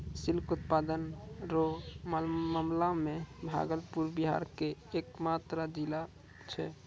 silk उत्पादन रो मामला मे भागलपुर बिहार के एकमात्र जिला छै